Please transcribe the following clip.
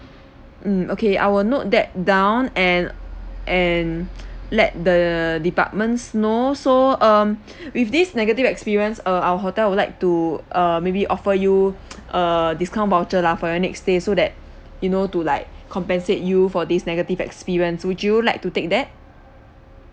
mm okay I will note that down and and let the departments know so um with this negative experience uh our hotel would like to uh maybe offer you a discount voucher lah for your next stay so that you know to like compensate you for this negative experience would you like to take that